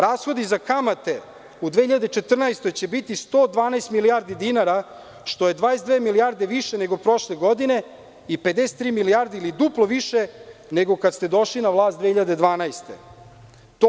Rashodi za kamate u 2014. godini će biti 112 milijardi dinara, što je 22 milijarde više nego prošle godine i 53 milijarde ili duplo više nego kad ste došli na vlast 2012. godine.